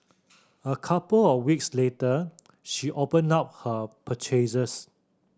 a couple of weeks later she opened up her purchases